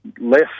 less